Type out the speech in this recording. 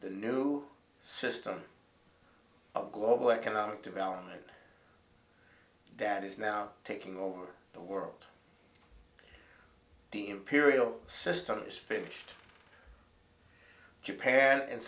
the new system of global economic development that is now taking over the world the imperial system is finished japan and